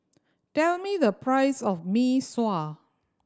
tell me the price of Mee Sua